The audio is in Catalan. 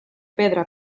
pedra